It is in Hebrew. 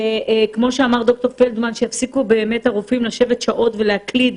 שיפסיקו הרופאים להקליד